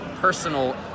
personal